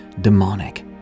demonic